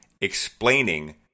explaining